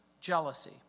Jealousy